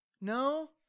No